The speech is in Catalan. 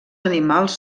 animals